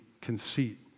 conceit